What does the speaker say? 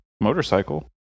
motorcycle